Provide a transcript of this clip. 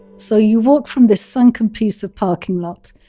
so you walk from this sunken piece of parking lot,